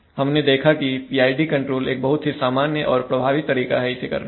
हमने देखा की PID कंट्रोल एक बहुत ही सामान्य और प्रभावी तरीका है इसे करने का